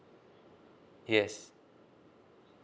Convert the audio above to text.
yes